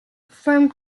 firm